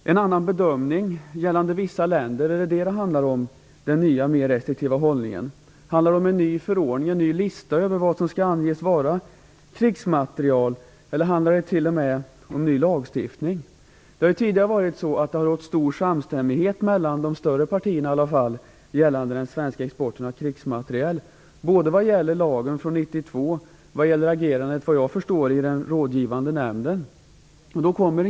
Den nya restriktiva hållningen handlar den om en annan bedömning gällande vissa länder? Eller handlar den om en ny förordning, en ny lista över vad som skall anses gälla för krigsmateriel? Eller handlar den t.o.m. om en ny lagstiftning? Tidigare har det rått stor samstämmighet mellan åtminstone de större partierna gällande den svenska exporten av krigsmateriel, både vad gäller lagen som stiftades 1992 och vad gäller agerandet i den rådgivande nämnden, såvitt jag förstår.